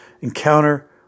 encounter